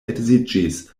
edziĝis